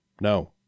No